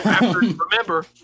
Remember